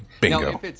Bingo